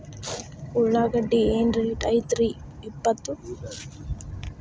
ಉಳ್ಳಾಗಡ್ಡಿ ಏನ್ ರೇಟ್ ಐತ್ರೇ ಇಪ್ಪತ್ತು?